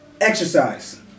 Exercise